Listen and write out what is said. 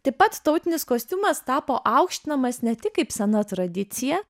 taip pat tautinis kostiumas tapo aukštinamas ne tik kaip sena tradicija